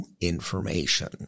information